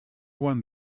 one